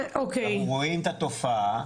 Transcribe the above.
אנחנו רואים את התופעה.